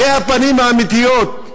אלה הפנים האמיתיות.